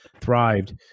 thrived